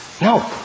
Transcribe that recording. No